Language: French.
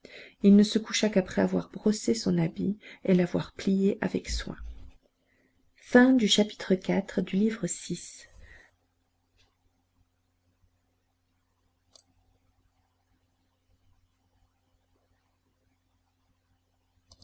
il ne se coucha qu'après avoir brossé son habit et l'avoir plié avec soin chapitre